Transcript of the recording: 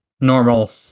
normal